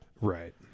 right